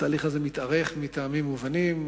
התהליך הזה מתארך מטעמים מובנים,